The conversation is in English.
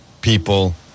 people